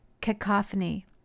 Cacophony